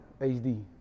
HD